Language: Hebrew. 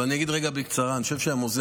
אני אגיד רגע בקצרה: אני חושב שהמוזיאון